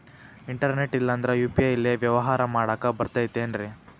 Internet ಇಲ್ಲಂದ್ರ UPI ಲೇ ವ್ಯವಹಾರ ಮಾಡಾಕ ಬರತೈತೇನ್ರೇ?